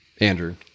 Andrew